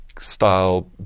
style